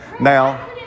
now